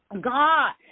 God